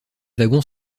wagons